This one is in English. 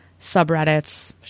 subreddits